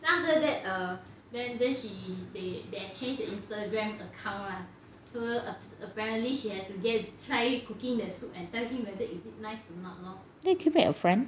then can make a friend